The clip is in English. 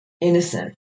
innocent